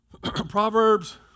Proverbs